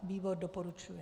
Výbor doporučuje.